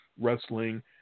wrestling